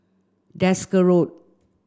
Desker Road